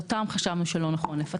חשבנו שאותן לא נכון לפצל.